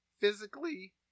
physically